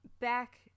back